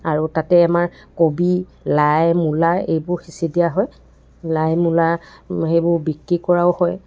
আৰু তাতে আমাৰ কবি লাই মূলা এইবোৰ সিঁচি দিয়া হয় লাই মূলা সেইবোৰ বিক্ৰী কৰাও হয়